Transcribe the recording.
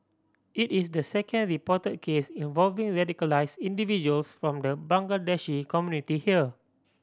it is the second reported case involving radicalised individuals from the Bangladeshi community here